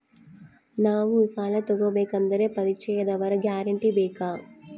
ನಾವು ಸಾಲ ತೋಗಬೇಕು ಅಂದರೆ ಪರಿಚಯದವರ ಗ್ಯಾರಂಟಿ ಬೇಕಾ?